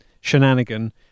shenanigan